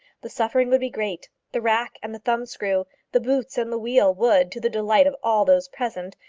the suffering would be great. the rack and the thumbscrew, the boots and the wheel, would, to the delight of all those present,